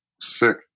Sick